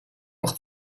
noch